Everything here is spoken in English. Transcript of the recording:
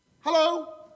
Hello